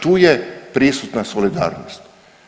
Tu je prisutna solidarnost.